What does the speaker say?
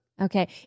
Okay